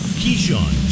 Keyshawn